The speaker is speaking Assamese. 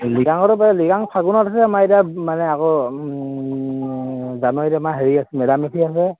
লিগাং ফাগুনত আছে আমাৰ এতিয়া মানে আকৌ জানুৱাৰীত